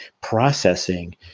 processing